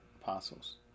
apostles